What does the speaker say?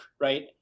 right